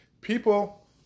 people